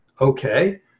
okay